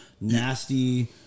nasty